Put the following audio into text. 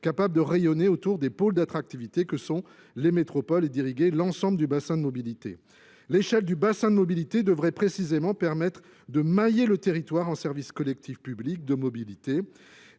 capables de rayonner autour des pôles d'attractivité que sont les métropoles et d'irriguer l'ensemble du bassin de mobilité. L'échelle du bassin de mobilité devrait précisément permettre de mailler le territoire en service collectif, publii de mobilité.